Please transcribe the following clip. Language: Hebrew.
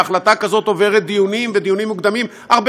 החלטה כזאת עוברת דיונים ודיונים מוקדמים הרבה